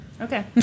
Okay